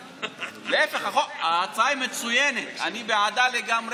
להפך, ההצעה היא מצוינת, אני בעדה לגמרי.